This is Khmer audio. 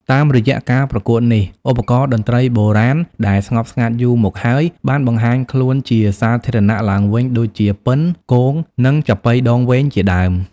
តាមរយៈការប្រកួតនេះ ឧបករណ៍តន្ត្រីបុរាណដែលស្ងប់ស្ងាត់យូរមកហើយបានបង្ហាញខ្លួនជាសាធារណៈឡើងវិញដូចជាពិណ គង និងចាប៉ីដងវែងជាដើម។